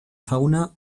fauna